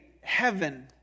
heaven